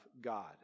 God